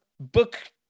book